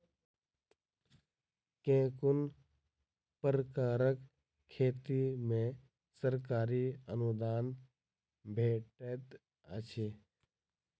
केँ कुन प्रकारक खेती मे सरकारी अनुदान भेटैत अछि?